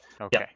Okay